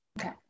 okay